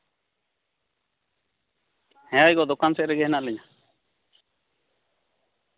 ᱦᱮᱸ ᱜᱚ ᱫᱚᱠᱟᱱ ᱥᱮᱡ ᱨᱮᱜᱮ ᱦᱮᱱᱟᱜ ᱞᱤᱧᱟᱹ